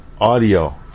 audio